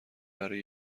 برای